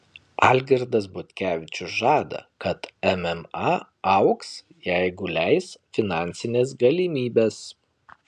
algirdas butkevičius žada kad mma augs jeigu leis finansinės galimybės